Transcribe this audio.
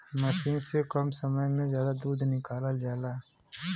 मसीन से कम समय में जादा दूध निकालल जाला